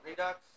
Redux